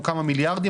או כמה מיליארדים,